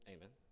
Amen